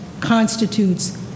constitutes